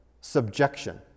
subjection